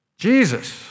Jesus